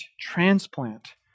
transplant